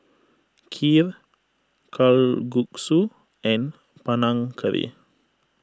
Kheer Kalguksu and Panang Curry